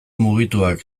mugituak